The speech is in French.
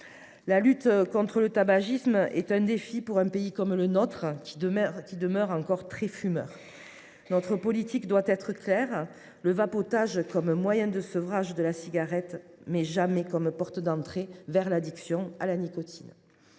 La lutte contre le tabagisme est un défi pour un pays comme le nôtre, qui demeure très fumeur. Notre politique doit être claire : le vapotage peut s’envisager comme moyen de sevrage de la cigarette, mais jamais comme une porte d’entrée vers l’addiction à la nicotine.